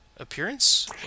Appearance